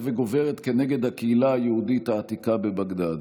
וגוברת נגד הקהילה היהודית העתיקה בבגדאד.